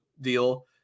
deal